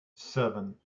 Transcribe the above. seven